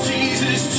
Jesus